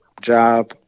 job